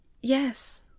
Yes